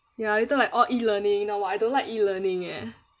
ya either like all E-learning you know I don't like E-learning eh